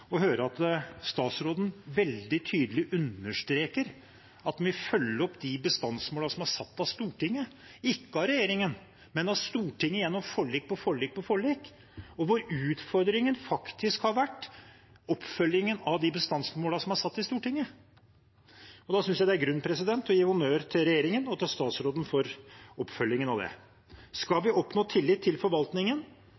at statsråden veldig tydelig understreker at man vil følge opp de bestandsmålene som er satt av Stortinget – ikke av regjeringen, men av Stortinget gjennom forlik på forlik på forlik, hvor utfordringen faktisk har vært oppfølgingen av de bestandsmålene som er satt i Stortinget. Da synes jeg det er grunn til å gi honnør til regjeringen og statsråden for oppfølgingen av det. Skal